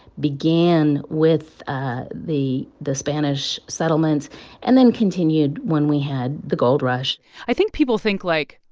began with the the spanish settlements and then continued when we had the gold rush i think people think, like,